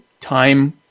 time